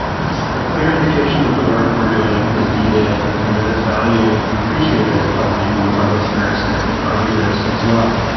it's a clear indication that the work we're doing is needed and that it's valued and appreciated by you, our listeners and our readers as well.